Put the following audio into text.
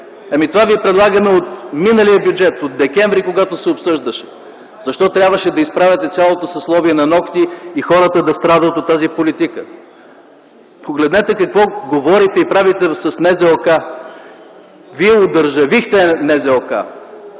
това ви предлагаме от миналия бюджет – от декември, когато се обсъждаше. Защо трябваше да изправяте цялото съсловие на нокти и хората да страдат от тази политика. Погледнете какво говорите и правите с НЗОК. Вие одържавихте НЗОК.